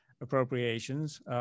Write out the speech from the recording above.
appropriations